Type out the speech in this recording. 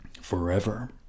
forever